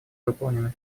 выполнены